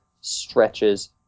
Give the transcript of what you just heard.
stretches